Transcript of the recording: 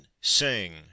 sing